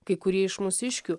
kai kurie iš mūsiškių